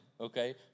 okay